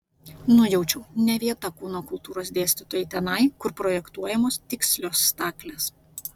nujaučiau ne vieta kūno kultūros dėstytojai tenai kur projektuojamos tikslios staklės